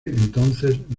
entonces